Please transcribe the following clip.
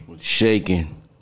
Shaking